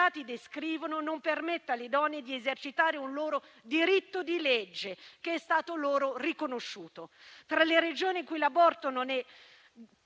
come i dati descrivono, non permette alle donne di esercitare un diritto di legge che è stato loro riconosciuto. Tra le Regioni in cui l'aborto non è